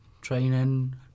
training